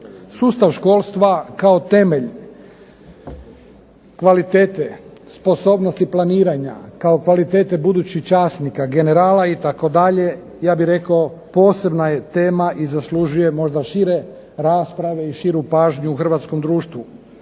Sustav školstva kao temelj kvalitete, sposobnosti planiranja, kao kvalitete budućih časnika, generala itd., ja bih rekao posebna je tema i zaslužuje možda šire rasprave i širu pažnju u hrvatskom društvu.